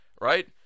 right